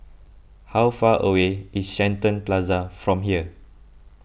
how far away is Shenton Plaza from here